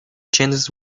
changes